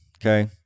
Okay